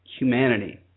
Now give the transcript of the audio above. humanity